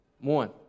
One